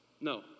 No